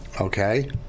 okay